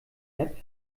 app